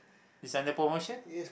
is under promotion